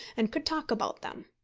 and could talk about them.